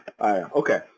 okay